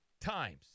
times